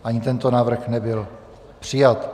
Ani tento návrh nebyl přijat.